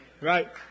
Right